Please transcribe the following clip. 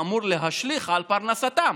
שאמור להשליך על פרנסתם,